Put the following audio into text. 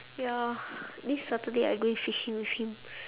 ya this saturday I going fishing with him